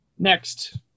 Next